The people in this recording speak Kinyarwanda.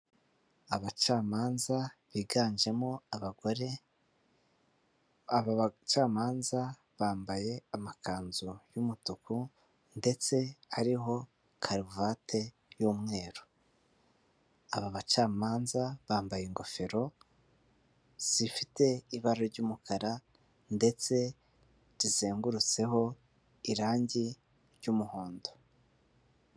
Abacamanza biganjemo abagore, aba bacamanza bambaye amakanzu y'umutuku ndetse ariho karuvate y'umweru aba bacamanza bambaye ingofero zifite ibara ry'umukara ndetse rizengurutseho irangi ry'umuhondo.